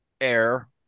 air